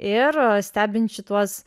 ir stebint šituos